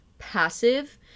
passive